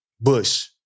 Bush